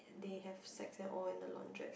they have sex and all in the laundrette